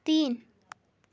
तीन